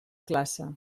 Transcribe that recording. classe